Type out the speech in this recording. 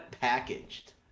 packaged